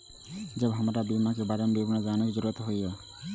जब हमरा बीमा के बारे में विवरण जाने के जरूरत हुए?